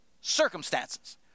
circumstances